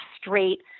straight